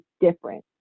different